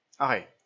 Okay